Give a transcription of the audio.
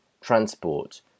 transport